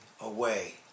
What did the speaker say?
away